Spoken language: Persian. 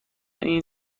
این